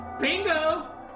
Bingo